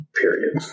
period